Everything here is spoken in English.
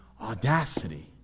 audacity